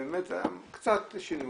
היה צריך קצת שינוי.